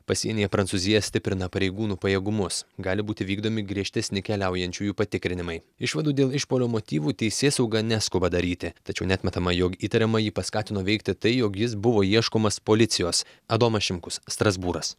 pasienyje prancūzija stiprina pareigūnų pajėgumus gali būti vykdomi griežtesni keliaujančiųjų patikrinimai išvadų dėl išpuolio motyvų teisėsauga neskuba daryti tačiau neatmetama jog įtariamąjį paskatino veikti tai jog jis buvo ieškomas policijos adomas šimkus strasbūras